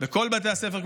בכל בתי הספר,